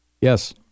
Yes